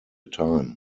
time